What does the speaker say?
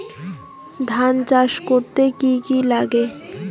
ধান চাষ করতে কি কি করতে হয়?